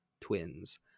Twins